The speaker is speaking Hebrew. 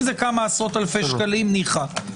אם זה כמה עשרות אלפי שקלים ניחא.